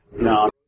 No